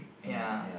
ya